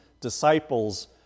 disciples